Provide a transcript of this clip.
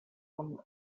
one